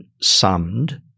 summed